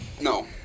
No